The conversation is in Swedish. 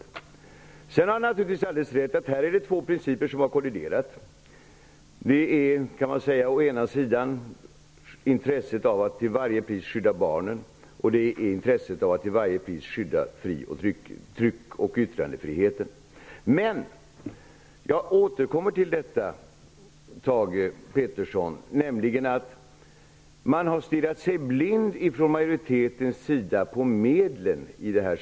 Thage Peterson har naturligtvis alldeles rätt i att det är två principer som har kolliderat här: å ena sidan intresset av att till varje pris skydda barnen, å andra sidan att till varje pris skydda tryck och yttrandefriheten. Men man har från majoritetens sida stirrat sig blind på medlen.